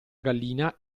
gallina